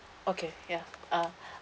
okay ya uh